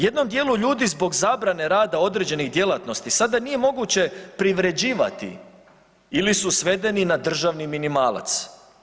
Jednom dijelu ljudi zbog zabrane rade određenih djelatnosti sada nije moguće privređivati ili su svedeni na državni minimalac.